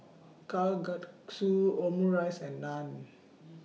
Kalguksu Omurice and Naan